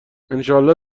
انشاالله